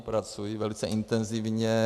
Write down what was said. Pracuji velice intenzivně.